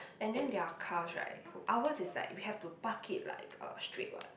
and then their cars right ours is like we have to park it like uh straight [what]